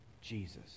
Jesus